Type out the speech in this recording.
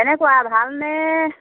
কেনেকুৱা ভাল নে